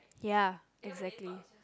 ya exactly